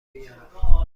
بیارم